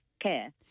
Care